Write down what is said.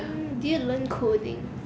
mm did you learn coding